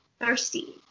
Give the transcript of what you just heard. thirsty